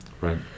Right